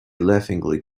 laughingly